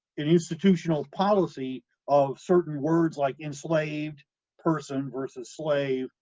an institutional policy of certain words like enslaved person versus slave,